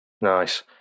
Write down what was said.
Nice